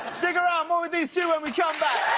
and stick around. more with these two when we come back.